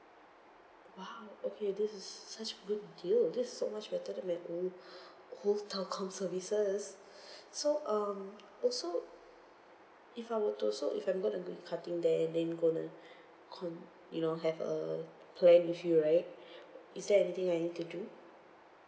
!wow! okay this is such a good deal this is so much better than my old old telco services so um also if I were to so if I'm gonna be cutting there and then gonna con~ you know have a plan with you right is there anything I need to do